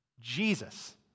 Jesus